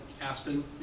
Aspen